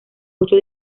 ocho